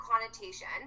connotation